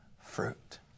fruit